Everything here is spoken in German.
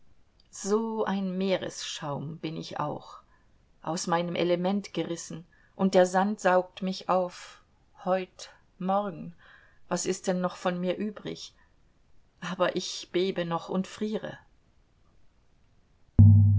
so ein meeresschaum bin ich auch aus meinem element gerissen und der sand saugt mich auf heut morgen was ist denn noch von mir übrig aber ich bebe noch und friere